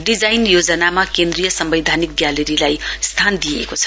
design योजना केन्द्रीय सम्वैधानिक ग्यालेरीलाई स्थान दिइएको छ